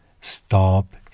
stop